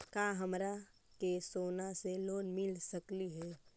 का हमरा के सोना से लोन मिल सकली हे?